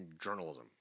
journalism